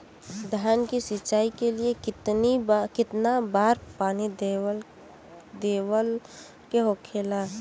धान की सिंचाई के लिए कितना बार पानी देवल के होखेला?